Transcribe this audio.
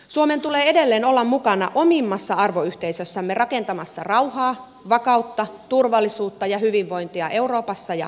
suomen tulee edelleen olla mukana omimmassa arvoyhteisössämme rakentamassa rauhaa vakautta turvallisuutta ja hyvinvointia euroopassa ja maailmalla